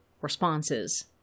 responses